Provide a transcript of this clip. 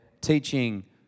teaching